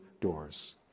doors